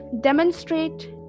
demonstrate